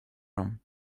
rum